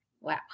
Wow